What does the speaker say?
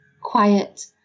Quiet